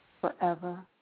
forever